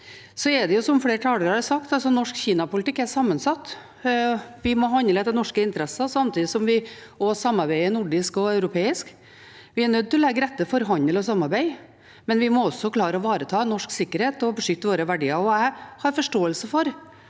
norsk Kina-politikk sammensatt. Vi må handle etter norske interesser, samtidig som vi også samarbeider nordisk og europeisk. Vi er nødt til å legge til rette for handel og samarbeid, men vi må også klare å ivareta norsk sikkerhet og beskytte våre verdier. Jeg har forståelse for